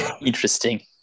Interesting